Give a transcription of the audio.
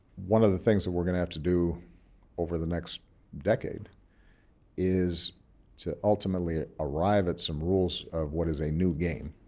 one of the things that we're going to have to do over the next decade is to ultimately arrive at some rules of what is a new game.